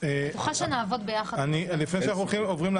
סיעת יש עתיד שני חברים,